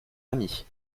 amis